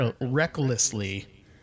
recklessly